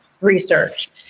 research